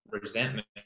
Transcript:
resentment